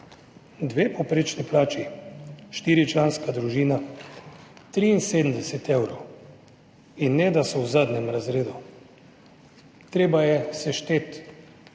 Dve povprečni plači, štiričlanska družina, 73 evrov, in ne, da so v zadnjem razredu. Treba je sešteti